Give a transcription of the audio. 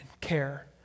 Care